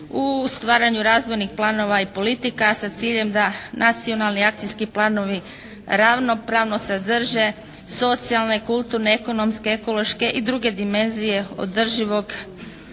u stvaranju razvojnih planova i politika sa ciljem da nacionalni akcijski planovi ravnopravno sadrže socijalne, kulturne, ekonomske, ekološke i druge dimenzije održivog razvoja.